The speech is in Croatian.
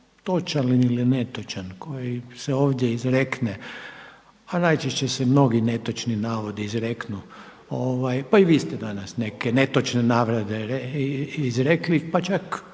točan ili netočan koji se ovdje izrekne, a najčešće se mnogi netočni navodi izreknu pa i vi ste danas neke netočne navode izrekli, pa čak